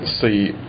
see